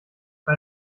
bei